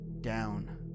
down